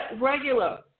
regular